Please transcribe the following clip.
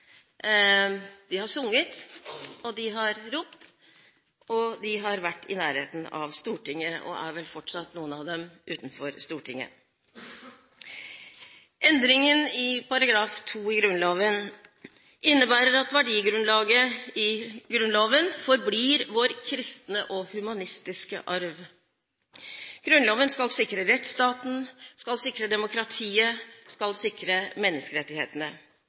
De har sunget og ropt, og de har vært i nærheten av Stortinget – og noen av dem er vel fortsatt utenfor Stortinget. Endringen i § 2 innebærer at verdigrunnlaget i Grunnloven forblir vår kristne og humanistiske arv. Grunnloven skal sikre rettsstaten, sikre demokratiet og sikre menneskerettighetene.